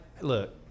look